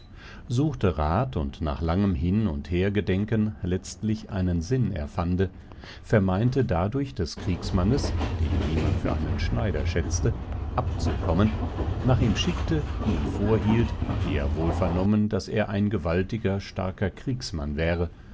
suchte rath und nach langem hin und hergedenken letztlich einen sinn erfande vermeinte dadurch des kriegsmannes den niemand für einen schneider schätzte abzukommen nach ihm schickte ihm vorhielt wie er wohl vernommen daß er ein gewaltiger starker kriegsmann wäre